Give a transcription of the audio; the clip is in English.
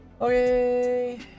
Okay